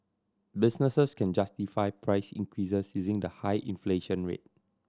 businesses can justify price increases using the high inflation rate